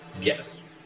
Yes